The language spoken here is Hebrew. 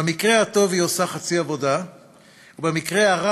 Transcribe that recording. במקרה הטוב היא עושה חצי עבודה,